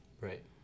Right